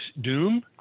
doom